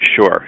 Sure